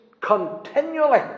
continually